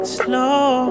slow